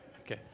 Okay